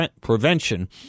prevention